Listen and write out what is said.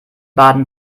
baden